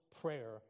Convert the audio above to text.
prayer